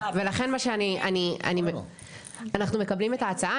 ולכן, מה שאני, אנחנו מקבלים את ההצעה.